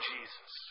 Jesus